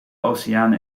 oceaan